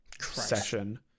session